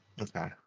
Okay